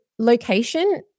Location